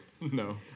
No